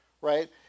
right